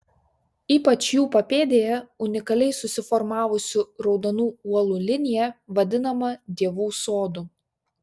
ypač jų papėdėje unikaliai susiformavusių raudonų uolų linija vadinama dievų sodu